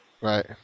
Right